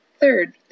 Third